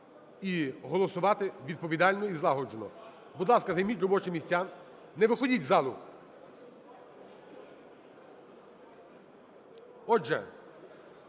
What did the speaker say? і голосувати відповідально і злагоджено. Будь ласка, займіть робочі місця, не виходьте з залу! Отже,